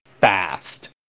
fast